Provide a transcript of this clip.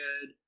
good